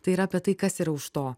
tai yra apie tai kas yra už to